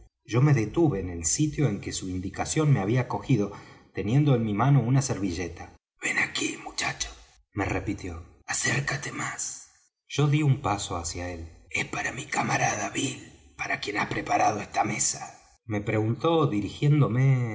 yo me detuve en el sitio en que su indicación me había cogido teniendo en mi mano una servilleta ven aquí muchacho me repitió acércate más yo dí un paso hacia él es para mi camarada bill para quien has preparado esta mesa me preguntó dirijiéndome